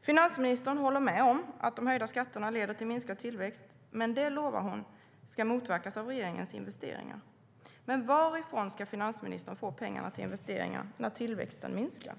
Finansministern håller med om att de höjda skatterna leder till minskad tillväxt, men det lovar hon ska motverkas av regeringens investeringar. Varifrån ska finansministern få pengarna till investeringar om tillväxten minskar?